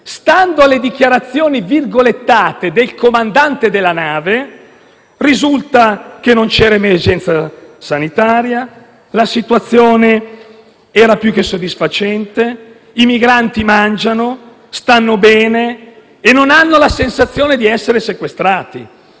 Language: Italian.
Stando alle dichiarazioni virgolettate del comandante della nave risulta che: «Non c'era emergenza sanitaria», «La situazione era più che soddisfacente», «I migranti mangiano e stanno bene e non hanno la sensazione di essere sequestrati».